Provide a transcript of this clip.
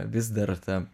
vis dar ta